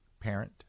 parent